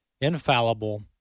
infallible